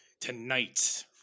Tonight